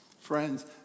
Friends